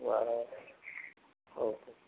बरं ओके